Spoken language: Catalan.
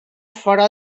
fora